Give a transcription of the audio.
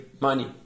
money